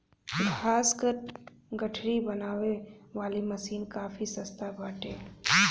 घास कअ गठरी बनावे वाली मशीन काफी सस्ता बाटे